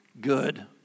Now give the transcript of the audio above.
good